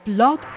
Blog